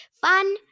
Fun